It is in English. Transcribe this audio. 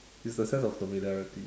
it's the sense of familiarity